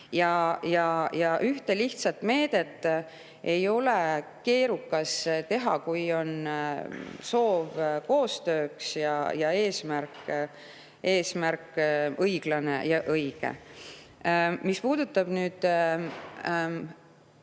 Ühte lihtsat meedet ei ole keerukas teha, kui on soov koostööks ning eesmärk on õiglane ja õige. Mis puudutab